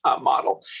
model